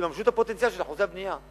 תממשו את הפוטנציאל של אחוזי הבנייה.